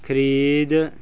ਖਰੀਦ